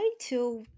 till